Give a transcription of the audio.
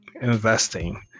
investing